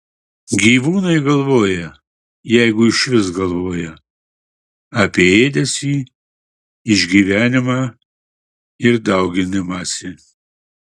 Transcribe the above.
gyvūnai galvoja jeigu išvis galvoja apie ėdesį išgyvenimą ir dauginimąsi